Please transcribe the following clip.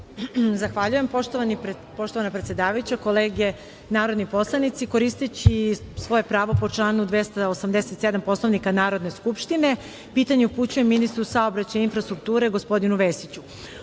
Zahvaljujem. Poštovana predsedavajuća, kolege narodni poslanici, koristeći svoje pravo po članu 287. Poslovnika Narodne skupštine, pitanje upućujem ministru saobraćaja i infrastrukture, gospodinu Vesiću.U